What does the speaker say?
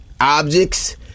objects